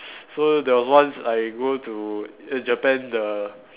so there was once I go to Japan the